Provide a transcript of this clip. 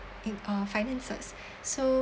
in~ uh finances so